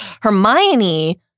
Hermione